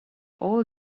all